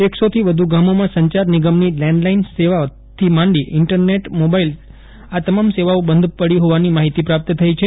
એકસોથી વધુ ગામોમાં સંચાર નિગમની લેન્ડલાઈન સેવાથી માંડી ઈન્ટરનેટ મોબાઈલ આ તમામ સેવાઓ બંધ પડી હોવાની માહિતી પ્રાપ્ત થઇ છે